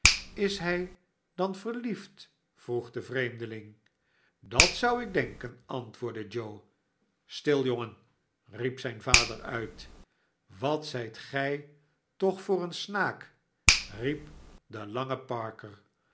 is hij dan verliefd vroeg de vreemdeling dat zou ik denken antwoordde joe stil jongen riep zijn vader uit wat zijt gij toch voor een snaak riep de lange parker